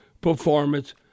performance